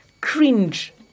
cringe